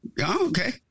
Okay